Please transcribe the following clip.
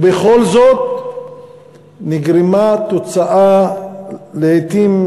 ובכל זאת נגרמה תוצאה שלעתים